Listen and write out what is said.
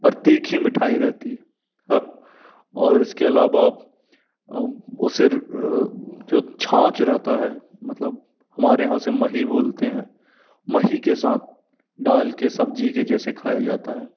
पर तीखी मिठाई रहती है और इसके अलावा अब उसे जो छाछ रहता है मतलब हमारे यहाँ उसे मही बोलते हैं मही के साथ डाल के सब्ज़ी के जैसे खाया जाता है